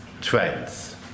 trends